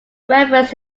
reference